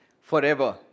forever